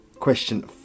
Question